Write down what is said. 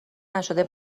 نشده